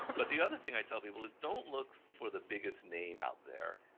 but the other thing i tell people is don't look for the biggest name out there,